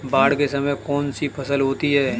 बाढ़ के समय में कौन सी फसल होती है?